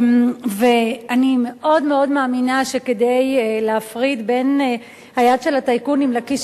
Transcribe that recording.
אני מאוד מאוד מאמינה שכדי להפריד בין היד של הטייקונים לכיס